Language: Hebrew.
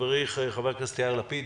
חברי חבר הכנסת יאיר לפיד,